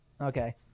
Okay